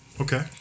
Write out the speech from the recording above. Okay